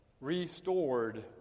Restored